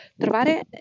Trovare